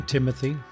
Timothy